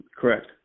correct